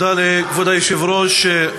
תודה לכבוד היושב-ראש.